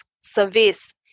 service